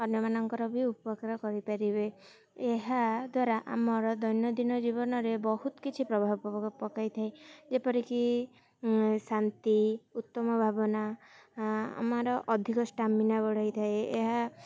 ଅନ୍ୟମାନଙ୍କର ବି ଉପକାର କରିପାରିବେ ଏହାଦ୍ୱାରା ଆମର ଦୈନନ୍ଦିନ ଜୀବନରେ ବହୁତ କିଛି ପ୍ରଭାବ ପକାଇ ଥାଏ ଯେପରିକି ଶାନ୍ତି ଉତ୍ତମ ଭାବନା ଆମର ଅଧିକ ଷ୍ଟାମିନା ବଢ଼ାଇ ଥାଏ ଏହା